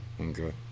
Okay